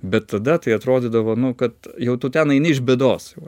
bet tada tai atrodydavo nu kad jau tu ten eini iš bėdos jau